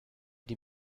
die